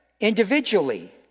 Individually